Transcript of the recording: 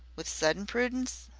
with sudden prudence,